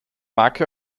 marke